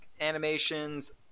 animations